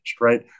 right